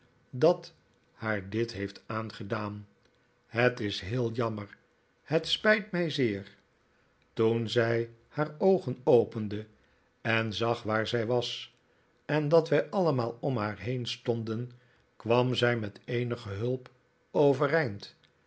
dat haar dit heeft aangedaan het is heel jammer het spijt mij zeer toen zij haar oogen opende en zag waar zij was en dat wij allemaal om haar heen stonden kwam zij met eenige hulp overeind